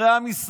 הרי עם ישראל,